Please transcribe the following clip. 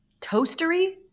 toastery